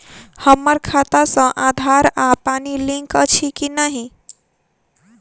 हम्मर खाता सऽ आधार आ पानि लिंक अछि की नहि?